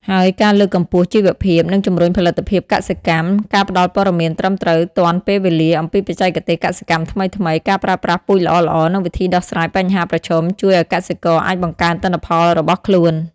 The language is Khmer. ហើយការលើកកម្ពស់ជីវភាព និងជំរុញផលិតភាពកសិកម្ម ការផ្តល់ព័ត៌មានត្រឹមត្រូវទាន់ពេលវេលាអំពីបច្ចេកទេសកសិកម្មថ្មីៗ ការប្រើប្រាស់ពូជល្អៗ និងវិធីដោះស្រាយបញ្ហាប្រឈមជួយឲ្យកសិករអាចបង្កើនទិន្នផលរបស់ខ្លួន។